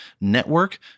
Network